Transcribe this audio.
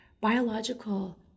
biological